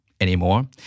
anymore